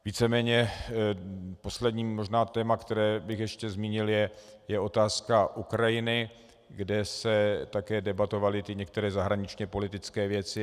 Víceméně poslední možná téma, které bych ještě zmínil, je otázka Ukrajiny, kde se také debatovaly některé zahraničněpolitické věci.